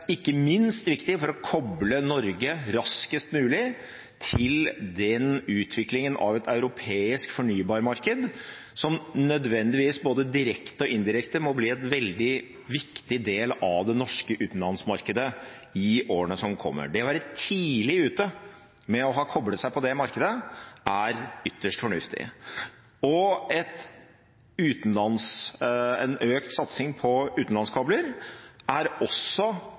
ikke minst viktig for å koble Norge raskest mulig til den utviklingen av et europeisk fornybarmarked som nødvendigvis, både direkte og indirekte, må bli en veldig viktig del av det norske utenlandsmarkedet i årene som kommer. Det å være tidlig ute med å koble seg på det markedet er ytterst fornuftig. En økt satsing på utenlandskabler er også